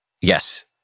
Yes